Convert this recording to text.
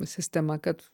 sistema kad